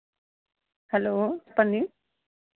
hello చెప్పండి